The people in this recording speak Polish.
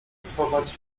schować